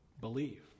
believe